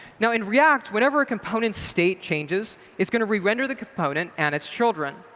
now in react, whenever a component's state changes, it's going to rerender the component and its children.